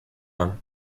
him